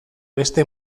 beste